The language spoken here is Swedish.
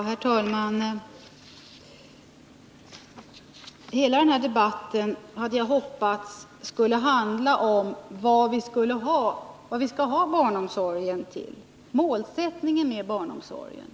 Herr talman! Jag hade hoppats att hela den här debatten skulle handla om vad vi skall ha barnomsorgen till, målsättningen för barnomsorgen.